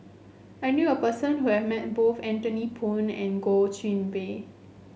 I knew a person who have met both Anthony Poon and Goh Qiu Bin